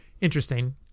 interesting